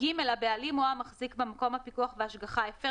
(ג)הבעלים או המחזיק במקום הפיקוח וההשגחה הפר